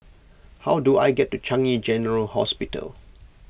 how do I get to Changi General Hospital